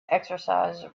exercise